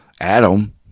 Adam